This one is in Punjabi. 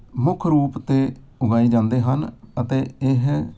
ਮੁੱਖ ਰੂਪ 'ਤੇ ਉਗਾਏ ਜਾਂਦੇ ਹਨ ਅਤੇ ਇਹ